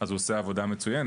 אז הוא עושה עבודה מצוינת,